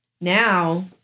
now